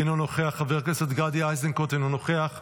אינו נוכח, חבר הכנסת גדי איזנקוט, אינו נוכח,